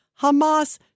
Hamas